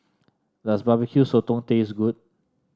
does Barbecue Sotong taste good